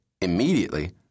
immediately